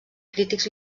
crítics